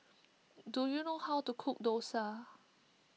do you know how to cook Dosa